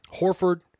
Horford